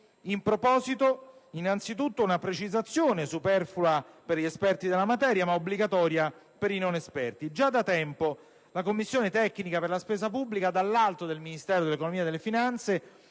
In proposito, innanzi tutto una precisazione, superflua per gli esperti della materia, ma obbligatoria per i non esperti. Già da tempo la Commissione tecnica per la spesa pubblica, dall'alto del Ministero dell'economia e delle finanze,